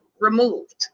removed